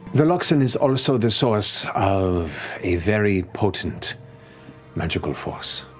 the luxon is also the source of a very potent magical force.